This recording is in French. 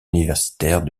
universitaire